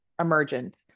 emergent